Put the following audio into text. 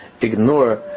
ignore